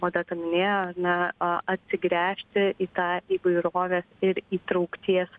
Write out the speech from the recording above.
odeta minėjo ar ne atsigręžti į tą įvairovės ir įtraukties